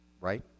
right